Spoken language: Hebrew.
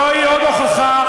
זוהי עוד הוכחה,